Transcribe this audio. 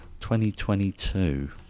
2022